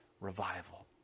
revival